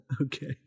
Okay